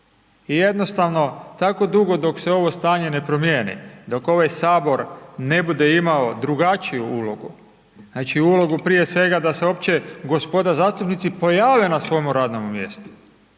I jednostavno, tako dugo dok se ovo stanje ne promijeniti, dok ovaj Sabor ne bude imao drugačiju ulogu, znači ulogu prije svega da se opće gospoda zastupnici pojave na svome radnomu mjestu.